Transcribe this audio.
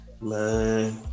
Man